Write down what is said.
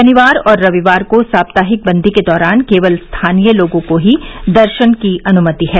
शनिवार और रविवार को साप्ताहिक बंदी के दौरान केवल स्थानीय लोगों को ही दर्शन की अनुमति है